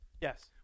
Yes